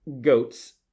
goats